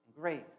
grace